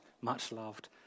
much-loved